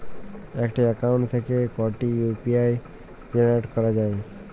একটি অ্যাকাউন্ট থেকে কটি ইউ.পি.আই জেনারেট করা যায়?